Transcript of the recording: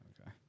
Okay